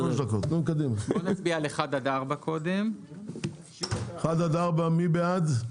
13 עד 18. מי בעד?